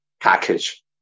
package